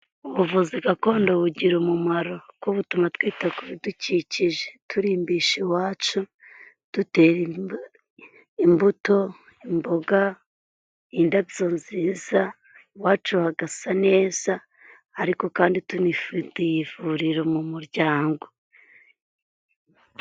Ubuvuzi gakondo bugira umumaro kuko butuma twita ku bidukikije turimbisha iwacu, dutera imbuto, imboga, indabyo nziza iwacu hagasa neza ariko kandi tunifitiye ivuriro mu muryango.